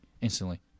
instantly